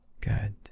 good